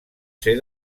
ser